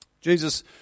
Jesus